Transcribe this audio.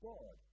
God